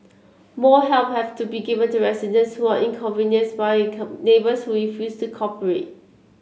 more help have to be given to residents who are inconvenienced by neighbours who refuse to cooperate